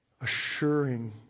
assuring